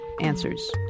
answers